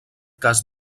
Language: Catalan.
cas